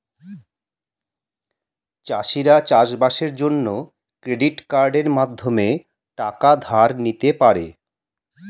চাষিরা চাষবাসের জন্য ক্রেডিট কার্ডের মাধ্যমে টাকা ধার নিতে পারে